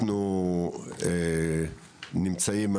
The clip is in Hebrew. אנחנו נמצאים,